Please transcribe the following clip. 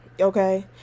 Okay